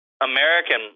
American